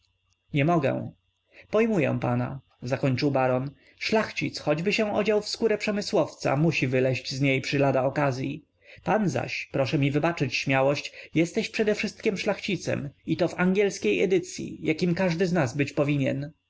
nie mogę pojmuję pana zakończył hrabia szlachcic choćby się odział w skórę przemysłowca musi wyleść z niej przy lada okazyi pan zaś proszę mi wybaczyć śmiałość jesteś przedewszystkiem szlachcicem i to w angielskiej edycyi jakim każdy z nas być powinien